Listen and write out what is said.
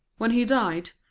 when he died,